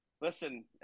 Listen